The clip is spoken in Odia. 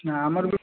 ନା ଆମର